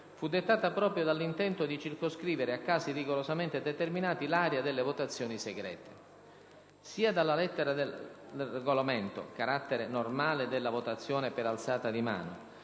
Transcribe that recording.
fu dettata proprio dall'intento di circoscrivere a casi rigorosamente determinati l'area delle votazioni segrete. Sia dalla lettera del Regolamento (carattere normale della votazione per alzata di mano)